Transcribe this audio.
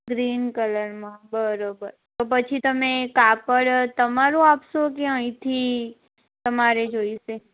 green કલરમાં બરાબર તો પછી તમે કાપડ તમારું આપશો કે અહીંથી તમારે જોઇશે